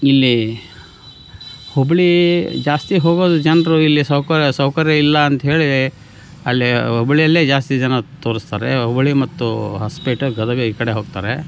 ಇಲ್ಲಿ ಹುಬ್ಬಳ್ಳಿ ಜಾಸ್ತಿ ಹೋಗೋದು ಜನರು ಇಲ್ಲಿ ಸೌಕರ್ಯ ಇಲ್ಲ ಅಂತ ಹೇಳಿ ಅಲ್ಲೇ ಹುಬ್ಬಳ್ಳಿಯಲ್ಲೇ ಜಾಸ್ತಿ ಜನ ತೋರಿಸ್ತಾರೆ ಹುಬ್ಬಳ್ಳಿ ಮತ್ತು ಹೊಸಪೇಟೆ ಗದಗ ಈ ಕಡೆ ಹೋಗ್ತಾರೆ